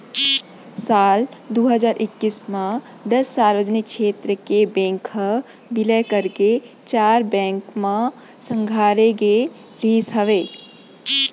साल दू हजार एक्कीस म दस सार्वजनिक छेत्र के बेंक ह बिलय करके चार बेंक म संघारे गे रिहिस हवय